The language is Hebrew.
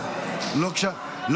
פה.